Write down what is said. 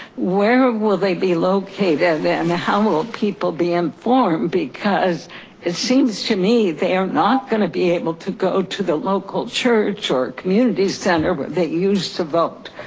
where will they be located? and and how will people be informed? because it seems to me they are not gonna be able to go to the local church or community center where they used to vote.